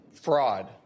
Fraud